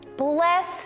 bless